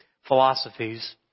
philosophies